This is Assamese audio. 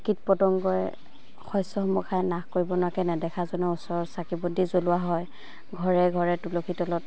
কীট পতংগই শস্যসমূহ খাই নাশ কৰিব নোৱাৰাকৈ নেদেখাজনৰ ওচৰ চাকি বন্তি জ্বলোৱা হয় ঘৰে ঘৰে তুলসী তলত